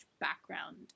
background